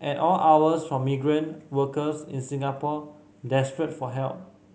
at all hours from migrant workers in Singapore desperate for help